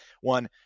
one